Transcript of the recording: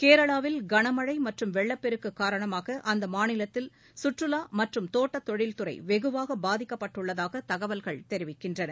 கேரளாவில் கனமழைமற்றும் வெள்ளப்பெருக்குகாரணமாகஅம்மாநிலத்தில் சுற்றுலாமற்றும் தோட்டத் தொழில்துறைவெகுவாகபாதிக்கப்பட்டுள்ளதாகதகவல்கள் தெரிவிக்கின்றன